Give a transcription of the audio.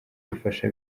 ifashe